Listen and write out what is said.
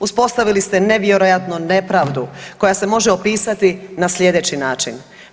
Uspostavili ste nevjerojatnu nepravdu koja se može opisati na sljedeći način.